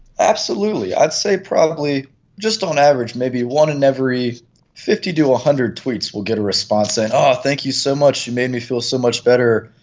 absolutely. i'd say probably just on average maybe one in every fifty to one ah hundred tweets we'll get a response saying ah thank you so much, you made me feel so much better',